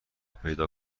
پیدا